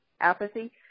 apathy